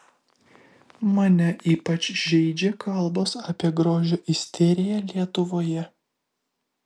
mane ypač žeidžia kalbos apie grožio isteriją lietuvoje